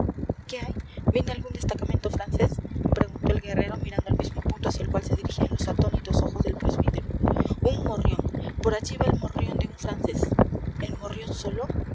qué hay viene algún destacamento francés preguntó el guerrero mirando al mismo punto hacia el cual se dirigían los atónitos ojos del presbítero un morrión por allí va el morrión de un francés el morrión solo